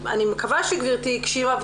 אני מקווה שגברתי הקשיבה,